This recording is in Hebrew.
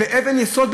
באבן יסוד,